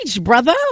brother